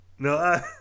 No